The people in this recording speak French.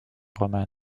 romane